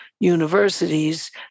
Universities